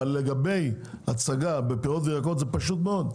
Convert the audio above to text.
אבל, לגבי הצגה בפירות וירקות, זה פשו מאוד.